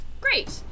Great